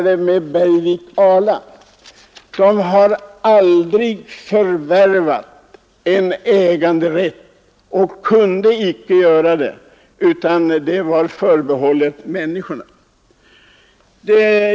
I tvist mellan Kungl. Maj:t och kronan samt Ljusne-Voxna bolag förklarades att bolagets handlingar genom dom 31 oktober 1899 förklarades icke vara gällande.